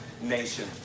nation